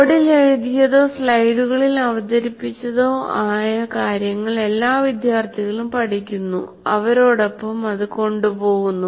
ബോർഡിൽ എഴുതിയതോ സ്ലൈഡുകളിൽ അവതരിപ്പിച്ചതോ ആയ കാര്യങ്ങൾ എല്ലാ വിദ്യാർത്ഥികളും പഠിക്കുന്നു അവരോടൊപ്പം കൊണ്ടുപോകുന്നു